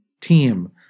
team